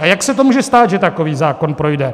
A jak se to může stát, že takový zákon projde?